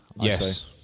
Yes